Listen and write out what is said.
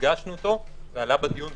והדגשנו אותו זה עלה בדיון,